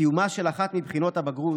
בסיומה של אחת מבחינות הבגרות,